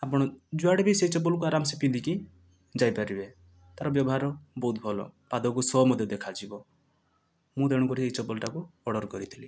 ଆପଣ ଯୁଆଡ଼େ ବି ସେ ଚପଲ କୁ ଆରାମ ସେ ପିନ୍ଧିକି ଯାଇପାରିବେ ତା'ର ବ୍ୟବହାର ବହୁତ ଭଲ ପାଦକୁ ଶୋ' ମଧ୍ୟ ଦେଖାଯିବ ମୁଁ ତେଣୁ କରି ଏ ଚପଲ ଟା କୁ ଅର୍ଡର କରିଥିଲି